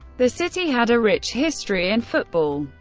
the city had a rich history in football,